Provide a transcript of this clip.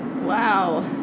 Wow